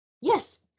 Yes